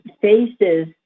faces